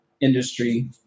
industry